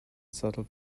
subtle